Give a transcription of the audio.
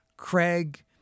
Craig